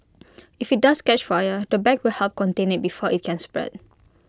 if IT does catch fire the bag will help contain IT before IT can spread